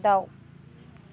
दाउ